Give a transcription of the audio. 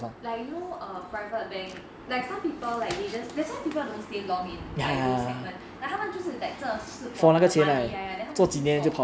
ya I know err private bank like some people like they just that's why people don't stay long in like gold segment like 他们就是好像 that 赚是 for the money ya ya then 他们就走